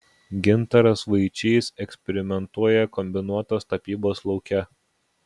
gintaras vaičys eksperimentuoja kombinuotos tapybos lauke